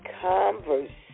conversation